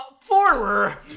Former